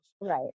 Right